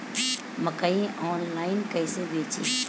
मकई आनलाइन कइसे बेची?